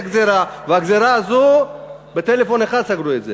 כל מי שמכבד את אשתו, יש לו שפע בבית.